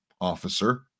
officer